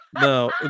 No